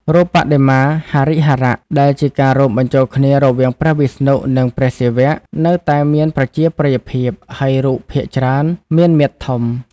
រូបបដិមាហរិហរៈ ដែលជាការរួមបញ្ចូលគ្នារវាងព្រះវិស្ណុ និងព្រះសិវៈ នៅតែមានប្រជាប្រិយភាព ហើយរូបភាគច្រើនមាន មាឌធំ។